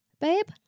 babe